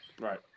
Right